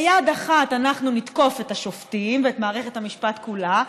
ביד אחת אנחנו נתקוף את השופטים ואת מערכת המשפט כולה,